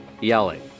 Yelling